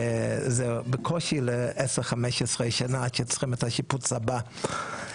זה בקושי ל-10-15 שנים עד שצריך את השיפוץ הבא.